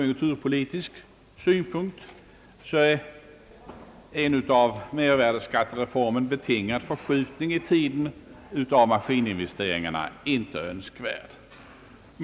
Utskottet är enigt om att en av mervärdeskattereformen betingad förskjutning i tiden av maskininvesteringarna inte är önskvärd ur allmän konjunkturpolitisk synvinkel.